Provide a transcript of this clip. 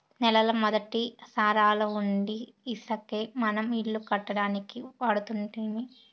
నేలల మొదటి సారాలవుండీ ఇసకే మనం ఇల్లు కట్టడానికి వాడుతుంటిమి